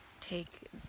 take